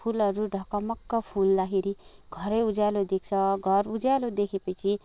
फुलहरू ढकमक्क फुल्दाखेरि घरै उज्यालो देख्छ घर उज्यालो देखेपछि